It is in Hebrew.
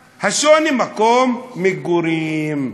השוני: מקום מגורים.